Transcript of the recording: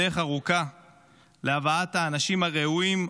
דרך ארוכה להבאת האנשים הראויים,